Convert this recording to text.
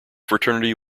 fraternity